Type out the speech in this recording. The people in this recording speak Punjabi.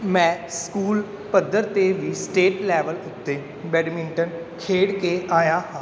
ਮੈਂ ਸਕੂਲ ਪੱਧਰ 'ਤੇ ਵੀ ਸਟੇਟ ਲੈਵਲ ਉੱਤੇ ਬੈਡਮਿੰਟਨ ਖੇਡ ਕੇ ਆਇਆ ਹਾਂ